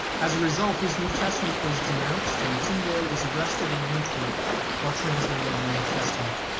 as a result his new testament was denounced and tyndale was arrested in antwerp while translating the old testament.